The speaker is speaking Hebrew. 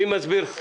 מי מסביר?